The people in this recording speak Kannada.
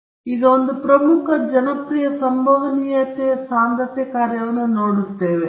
ಆದ್ದರಿಂದ ಈಗ ನಾವು ಒಂದು ಪ್ರಮುಖ ಮತ್ತು ಜನಪ್ರಿಯ ಸಂಭವನೀಯತೆ ಸಾಂದ್ರತೆ ಕಾರ್ಯವನ್ನು ನೋಡುತ್ತೇವೆ